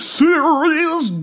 serious